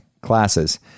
classes